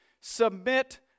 Submit